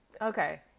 Okay